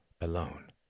alone